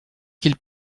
qu’ils